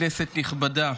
כנסת נכבדה,